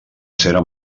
cera